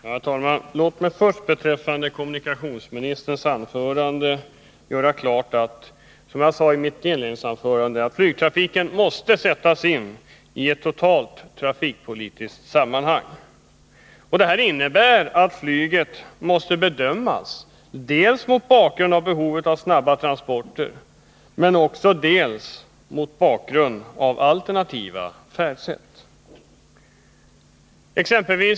Herr talman! Låt mig först beträffande kommunikationsministerns anförande göra klart att flygtrafiken, som jag sade i mitt inledningsanförande, måste sättas in i ett totalt trafikpolitiskt sammanhang. Detta innebär att flyget måste bedömas dels mot bakgrund av behovet av snabba transporter, dels mot bakgrund av möjligheterna till alternativa färdsätt.